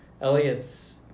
Elliot's